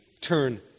turn